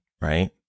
right